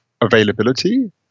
availability